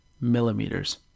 millimeters